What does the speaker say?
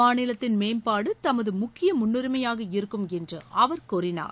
மாநிலத்தின் மேம்பாடு தமது முக்கிய முன்னுரிமையாக இருக்கும் என்று அவர் கூறினார்